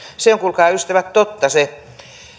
se on kuulkaa ystävät totta se